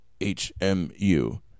H-M-U